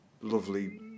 lovely